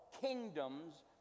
kingdoms